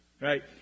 right